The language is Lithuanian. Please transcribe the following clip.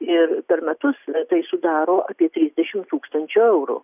ir per metus tai sudaro apie trisdešimt tūkstančių eurų